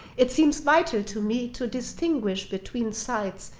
it seems vital to me to distinguish between sites,